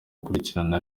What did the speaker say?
gukurikiranwa